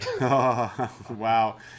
Wow